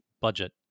budget